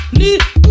need